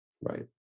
Right